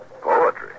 Poetry